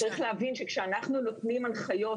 צריך להבין שכאשר אנחנו נותנים הנחיות